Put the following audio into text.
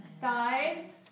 Thighs